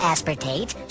Aspartate